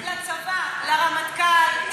תקשיב לצבא, לרמטכ"ל.